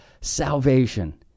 salvation